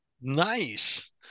Nice